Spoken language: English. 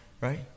right